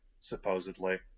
supposedly